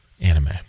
anime